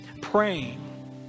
praying